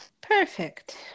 Perfect